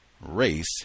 Race